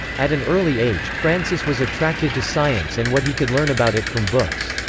at an early age, francis was attracted to science and what he could learn about it from books.